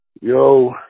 Yo